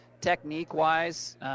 Technique-wise